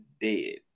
Dead